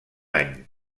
any